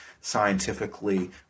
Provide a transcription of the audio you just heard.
Scientifically